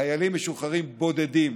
חיילים משוחררים בודדים